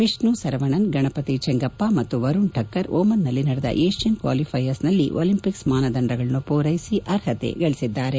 ವಿಷ್ಣು ಸರವಣನ್ ಗಣಪತಿ ಚೆಂಗಪ್ಪ ಮತ್ತು ವರುಣ್ ಠಕ್ಕರ್ ಓಮನ್ನಲ್ಲಿ ನಡೆದ ಏಷ್ಕನ್ ಕ್ವಾಲಿಫೈಯರ್ಸ್ ನಲ್ಲಿ ಒಲಿಂಪಿಕ್ಸ್ ಮಾನದಂಡಗಳನ್ನು ಪೂರೈಸಿ ಅರ್ಹತೆ ಗಳಿಸಿದ್ದಾರೆ